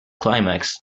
climax